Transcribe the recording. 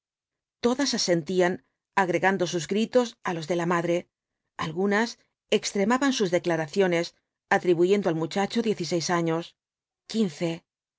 todas asentían agregando sus gritos á los de la madre algunas extremaban sus declaraciones atribuyendo al muchacho diez y seis años quince